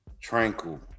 tranquil